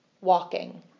walking